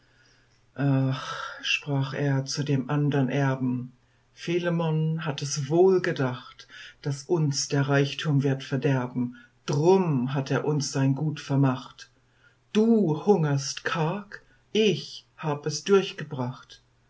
ach sprach er zu dem andern erben philemon hat es wohl gedacht daß uns der reichtum wird verderben drum hat er uns sein gut vermacht du hungerst karg ich hab es durchgebracht